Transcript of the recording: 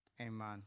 Amen